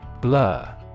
Blur